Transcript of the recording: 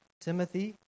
Timothy